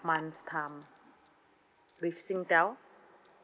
months' time with singtel